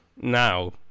now